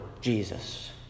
Jesus